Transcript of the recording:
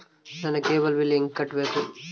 ನನ್ನ cable bill ಹೆಂಗ ಕಟ್ಟಬೇಕು?